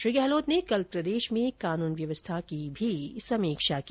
श्री गहलोत ने कल प्रदेश में कानन व्यवस्था की भी समीक्षा की